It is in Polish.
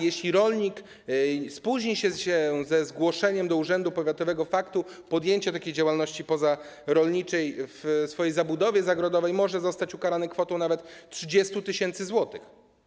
Jeśli rolnik spóźni się ze zgłoszeniem do urzędu powiatowego faktu podjęcia takiej działalności pozarolniczej w swojej zabudowie zagrodowej, może zostać ukarany kwotą nawet 30 tys. zł.